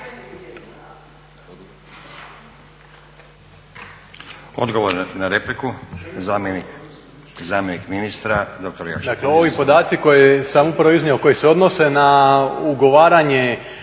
Odgovor na repliku, zamjenik ministra doktor